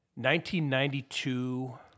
1992